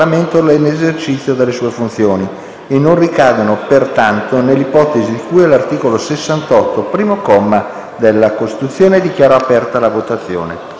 grazie a tutta